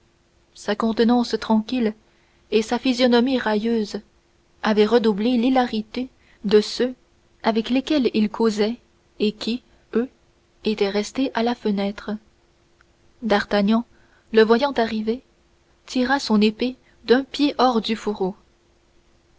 sa contenance tranquille et sa physionomie railleuse avaient redoublé l'hilarité de ceux avec lesquels il causait et qui eux étaient restés à la fenêtre d'artagnan le voyant arriver tira son épée d'un pied hors du fourreau